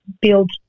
build